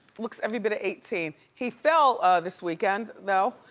looks every bit of eighteen. he fell this weekend, though.